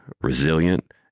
resilient